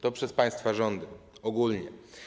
To przez państwa rządy ogólnie.